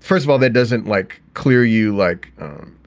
first of all, that doesn't like clear you like